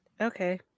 Okay